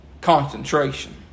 concentration